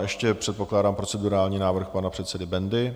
Ještě předpokládám procedurální návrh pana předsedy Bendy.